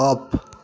of